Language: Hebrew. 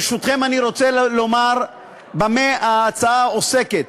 ברשותכם, אני רוצה לומר במה ההצעה עוסקת.